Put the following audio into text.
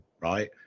right